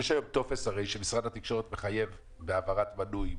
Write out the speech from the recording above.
הרי יש היום טופס שמשרד התקשורת מחייב בהעברת מינוי,